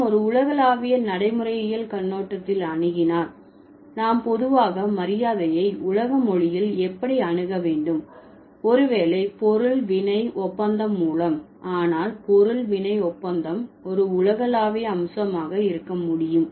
நாம் ஒரு உலகளாவிய நடைமுறையியல் கண்ணோட்டத்தில் அணுகினால் நாம் பொதுவாக மரியாதையை உலக மொழியில் எப்படி அணுக வேண்டும் ஒருவேளை பொருள் வினை ஒப்பந்தம் மூலம் ஆனால் பொருள் வினை ஒப்பந்தம் ஒரு உலகளாவிய அம்சமாக இருக்க முடியும்